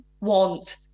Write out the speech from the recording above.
want